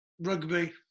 Rugby